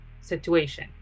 situation